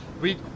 We-